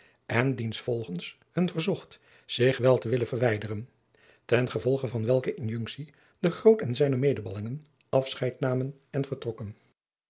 en diensvolgens hun verzocht zich wel te willen verwijderen ten gevolge van welke injunctie de groot en zijne medeballingen afscheid namen en vertrokken